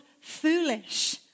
foolish